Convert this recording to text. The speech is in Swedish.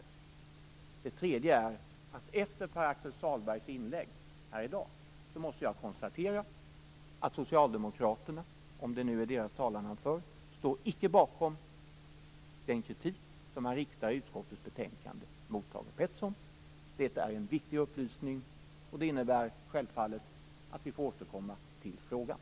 För det tredje: Efter Pär-Axel Sahlbergs inlägg här i dag måste jag konstatera att socialdemokraterna, om det nu är deras talan han för, icke står bakom den kritik som riktas i utskottets betänkande mot Thage Peterson. Det är en viktig upplysning. Det innebär självfallet att vi får återkomma till frågan.